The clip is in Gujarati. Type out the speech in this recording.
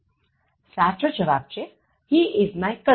સાચો જવાબ છે He is my cousin